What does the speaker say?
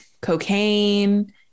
cocaine